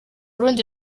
rundi